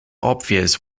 obvious